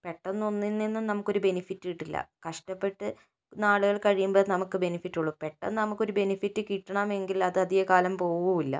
പെട്ടന്ന് ഒന്നിൽ നിന്നും നമുക്കൊരു ബെനിഫിറ്റ് കിട്ടില്ല കഷ്ടപ്പെട്ട് നാളുകൾ കഴിയുമ്പോൾ നമുക്ക് ബെനിഫിറ്റുള്ളൂ പെട്ടന്ന് നമുക്കൊരു ബെനിഫിറ്റ് കിട്ടണമെങ്കിൽ അത് അധിക കാലം പോവുകയില്ല